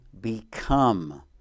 become